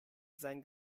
sein